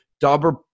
Dauber